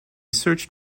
searched